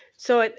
so,